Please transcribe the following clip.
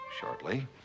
shortly